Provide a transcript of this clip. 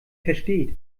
versteht